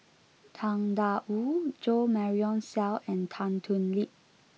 Tang Da Wu Jo Marion Seow and Tan Thoon Lip